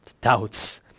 Doubts